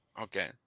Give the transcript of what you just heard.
Okay